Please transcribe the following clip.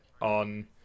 on